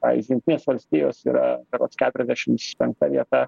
pavyzdžiui jungtinės valstijos yra berods keturiasdešimts penkta vieta